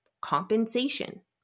compensation